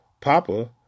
Papa